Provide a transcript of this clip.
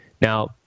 Now